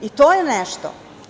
I to je nešto.